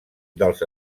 dels